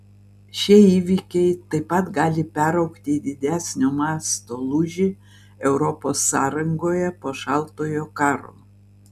šie įvykiai taip pat gali peraugti į didesnio masto lūžį europos sąrangoje po šaltojo karo